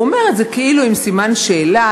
הוא אומר את זה כאילו עם סימן שאלה,